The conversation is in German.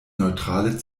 neutrale